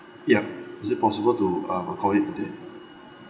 yup is it possible to um accommodate with it